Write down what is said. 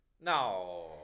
No